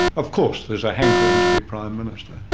of course there's a hankering to be prime minister,